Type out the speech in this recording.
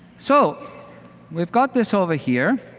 so we've got this over here.